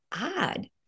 odd